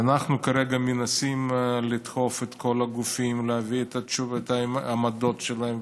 אנחנו כרגע מנסים לדחוף את כל הגופים להביא את העמדות שלהם,